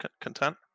Content